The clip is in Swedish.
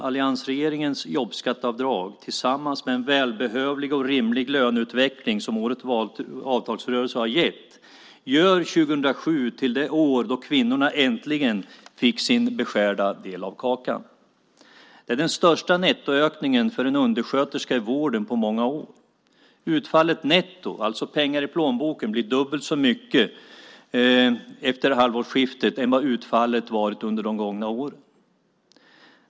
Alliansregeringens jobbskatteavdrag tillsammans med en välbehövlig och rimlig löneutveckling, som årets avtalsrörelse har gett, gör 2007 till det år då kvinnorna äntligen fick sin beskärda del av kakan. Det är den största nettoökningen för en undersköterska i vården på många år. Utfallet netto, alltså pengar i plånboken, blir dubbelt så mycket efter halvårsskiftet som utfallet har varit under de gångna åren.